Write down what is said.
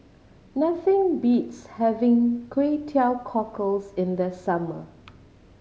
nothing beats having Kway Teow Cockles in the summer